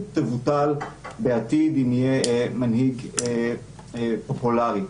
תבוטל בעתיד אם יהיה מנהיג פופולרי,